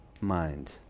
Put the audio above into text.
mind